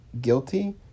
guilty